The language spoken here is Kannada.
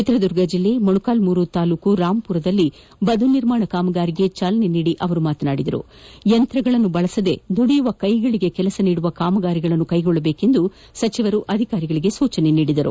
ಚಿತ್ರದುರ್ಗ ಜಿಲ್ಲೆ ಮೊಳಕಾಲ್ಮೂರು ತಾಲೂಕಿನ ರಾಂಪುರದಲ್ಲಿ ಬದು ನಿರ್ಮಾಣ ಕಾಮಗಾರಿಗೆ ಚಾಲನೆ ನೀಡಿ ಮಾತನಾಡಿದ ಅವರು ಯಂತ್ರಗಳನ್ನು ಬಳಸದೆ ದುಡಿಯುವ ಕೈಗಳಿಗೆ ಕೆಲಸ ನೀಡುವ ಕಾಮಗಾರಿಗಳನ್ನು ಕೈಗೊಳ್ಳುವಂತೆ ಅಧಿಕಾರಿಗಳಿಗೆ ಸೂಚಿಸಿದರು